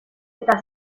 eta